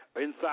inside